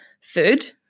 food